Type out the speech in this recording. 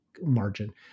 margin